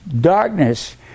darkness